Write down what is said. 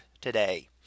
today